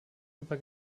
über